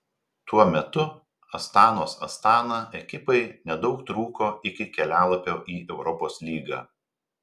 tuo metu astanos astana ekipai nedaug trūko iki kelialapio į europos lygą